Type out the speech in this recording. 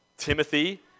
Timothy